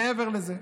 מעבר לזה,